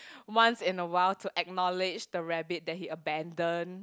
once in a while to acknowledge the rabbit that he abandon